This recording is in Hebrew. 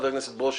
חבר הכנסת ברושי,